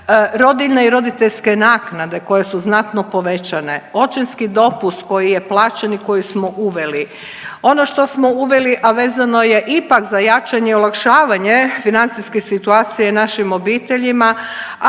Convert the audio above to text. Rodiljne i roditeljske naknade koje su znatno povećane, očinski dopust koji je plaćen i koji smo uveli, ono što smo uveli a vezano je ipak za jačanje i olakšavanje financijske situacije našim obiteljima,